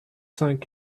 cinq